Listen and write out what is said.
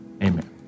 amen